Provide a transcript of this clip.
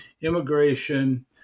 Immigration